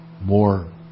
more